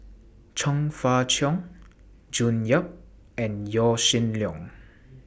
Chong Fah Cheong June Yap and Yaw Shin Leong